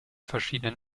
verschiedenen